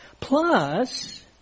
Plus